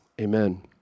Amen